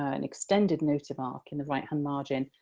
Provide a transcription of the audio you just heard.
ah an extended nota mark in the right-hand margin,